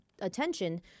attention